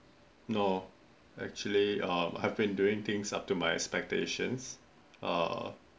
no actually hmm have been doing things up to my expectation err